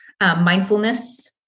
mindfulness